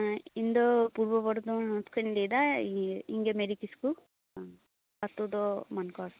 ᱚᱸ ᱤᱧᱫᱚ ᱯᱩᱨᱵᱚ ᱵᱚᱨᱫᱚᱢᱟᱱ ᱦᱚᱱᱚᱛ ᱠᱷᱚᱱᱤᱧ ᱞᱟ ᱭᱮᱫᱟ ᱤᱭᱟ ᱤᱧᱜᱮ ᱢᱮᱨᱤ ᱠᱤᱥᱠᱩ ᱟᱛᱳ ᱫᱚ ᱢᱟᱱᱜᱚᱨ